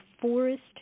forest